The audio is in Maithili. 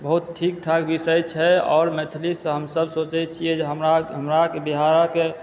बहुत ठीक ठाक विषय छै आओर मैथिलीसँ हमसभ सोचै छियै जे हमरा हमराक बिहारक